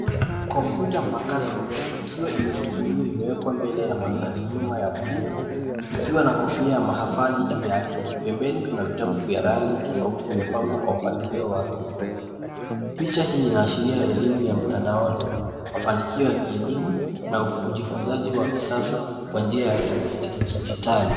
Kompyuta mpakato ikiwa imefunguliwa imewekwa mbele ya mandhari nyuma ya bluu ikiwa na kofia mahafali juu yake. Pembeni kuna vitabu vya rangi tofauti vimepangwa kwa mpangilio wa rudho. Picha hii inaashiria elimu ya mtandaoni, mafanikio ya kielimu na ujifunzaji wa kisasa kwa njia ya kidijitali.